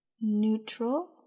neutral